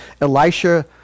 Elisha